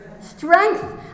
strength